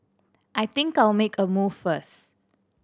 I think I'll make a move first